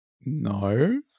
No